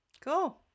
Cool